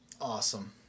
Awesome